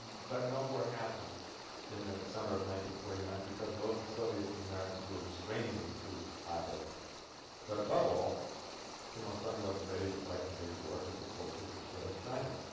but no war happened in the summer of nineteen forty nine because both the soviets and the americans were restraining these two hotheads but above all kim il-sung wasn't ready to fight a big war because his soldiers were still in china